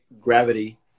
gravity